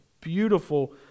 beautiful